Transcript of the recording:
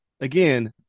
again